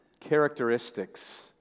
characteristics